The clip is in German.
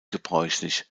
gebräuchlich